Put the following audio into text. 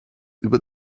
über